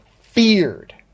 feared